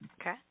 Okay